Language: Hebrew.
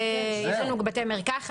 יש לנו גם בתי מרקחת,